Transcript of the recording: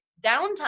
downtime